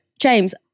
James